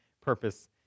purpose